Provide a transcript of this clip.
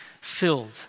filled